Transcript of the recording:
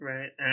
Right